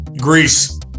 Greece